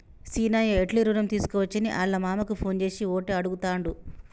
సీనయ్య ఎట్లి రుణం తీసుకోవచ్చని ఆళ్ళ మామకు ఫోన్ చేసి ఓటే అడుగుతాండు